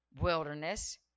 wilderness